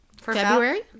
February